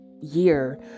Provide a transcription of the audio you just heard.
year